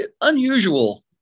unusual